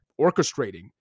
orchestrating